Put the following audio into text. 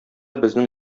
безнең